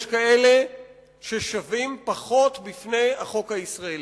יש כאלה ששווים פחות בפני החוק הישראלי.